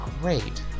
great